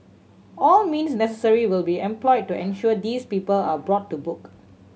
all means necessary will be employed to ensure these people are brought to book